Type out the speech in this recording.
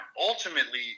Ultimately